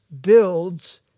builds